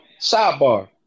sidebar